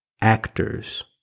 actors